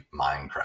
Minecraft